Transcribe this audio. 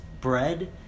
bread